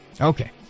Okay